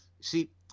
see